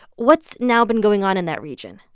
what's now been going on in that region?